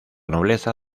nobleza